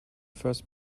first